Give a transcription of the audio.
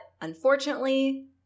unfortunately